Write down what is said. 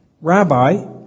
Rabbi